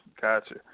Gotcha